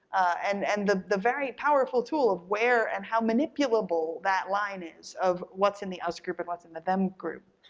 and and the the very powerful tool of where and how manipulable that line is of what's in the us group and what's in the them group.